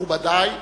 מכובדי,